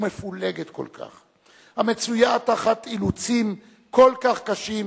ומפולגת כל כך, המצויה תחת אילוצים כל כך קשים